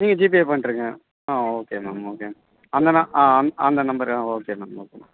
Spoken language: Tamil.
நீங்கள் ஜிபே பண்ணிட்ருங்க ஆ ஓகே மேம் ஓகே அந்த ந அந் அந்த நம்பர் ஆ ஓகே மேம் ஓகே மேம்